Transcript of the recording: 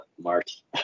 march